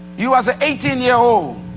you as an eighteen year old,